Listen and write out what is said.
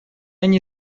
они